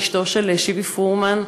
אשתו של שיבי פרומן,